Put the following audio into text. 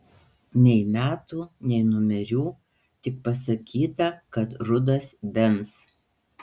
nei metų nei numerių tik pasakyta kad rudas benz